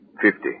Fifty